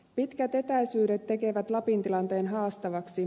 pitkät etäisyydet tekevät lapin tilanteen haastavaksi